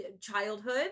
childhood